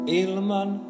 ilman